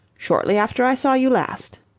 shortly after i saw you last.